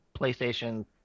PlayStation